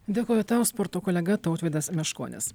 dėkoju tau sporto kolega tautvydas meškonis